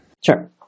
Sure